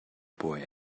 boy